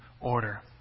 order